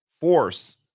force